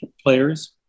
players